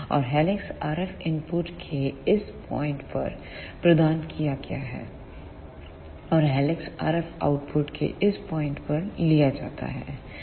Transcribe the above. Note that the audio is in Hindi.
और हेलिक्स RF इनपुट के इस पॉइंट पर प्रदान किया गया है और हेलिक्स RF आउटपुट के इस पॉइंट पर लिया जाता है